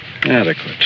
Adequate